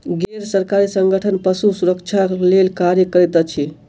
गैर सरकारी संगठन पशु सुरक्षा लेल कार्य करैत अछि